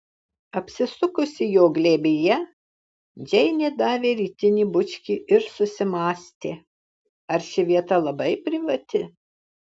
apsisukusi jo glėbyje džeinė davė rytinį bučkį ir susimąstė ar ši vieta labai privati